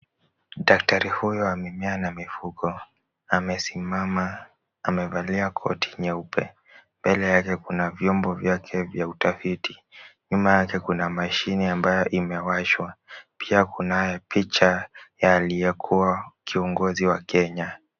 Daktari huyu wa mimea na mifugo ameamesimama amevalia koti nyeupe, mbele yake kuna vyombo vyake vya utafiti, nyuma yake kuna mashine ambayo imewashwa. Pia kunaye picha ya aliyekuwa kiongozi wa Kenya.